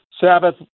Sabbath